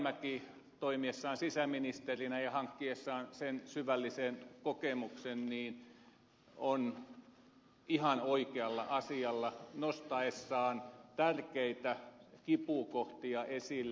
rajamäki toimittuaan sisäministerinä ja hankittuaan sen syvällisen kokemuksen on ihan oikealla asialla nostaessaan tärkeitä kipukohtia esille